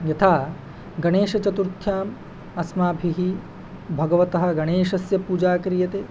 यथा गणेशचतुर्थ्याम् अस्माभिः भगवतः गणेशस्य पूजा क्रियते